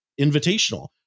Invitational